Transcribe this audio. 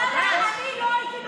ואללה, אני לא הייתי נורבגית,